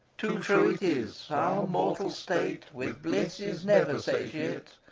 too true it is! our mortal state with bliss is never satiate,